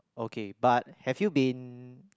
okay but have you been